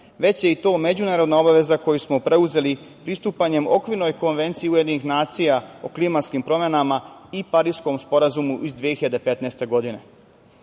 već je to i međunarodna obaveza koju smo preuzeli pristupanjem okvirnoj Konvenciji UN o klimatskim promenama i Pariskom sporazumu iz 2015. godine. Koliki